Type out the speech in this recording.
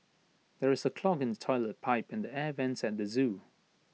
there is A clog in the Toilet Pipe and the air Vents at the Zoo